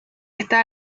está